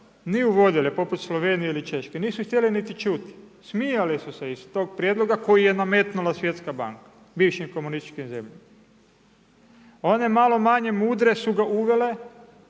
ni uvodile. Poput Slovenije ili Češke. Nisu htjele niti čuti. Smijale su se iz tog prijedloga koje je nametnula Svjetska banka, bivšim komunističkim zemljama. One malo manje mudre su ga uvele,